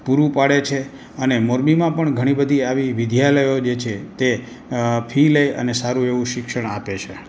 પૂરું પાડે છે અને મોરબીમાં પણ ઘણી બધી આવી વિદ્યાલયો જે છે તે અ ફી લઈ અને સારું એવું શિક્ષણ આપે છે